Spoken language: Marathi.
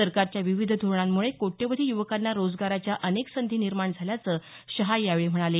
सरकारच्या विविध धोरणांमुळे कोट्यवधी युवकांना रोजगाराच्या अनेक संधी निर्माण झाल्याचं शहा यावेळी म्हणाले